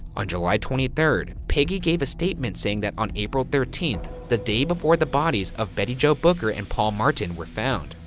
on july twenty third, peggy gave a statement saying that on april thirteenth, the day before the bodies of betty jo booker and paul martin were found,